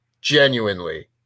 Genuinely